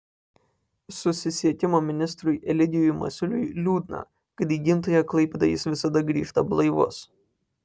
susisiekimo ministrui eligijui masiuliui liūdna kad į gimtąją klaipėdą jis visada grįžta blaivus